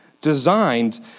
designed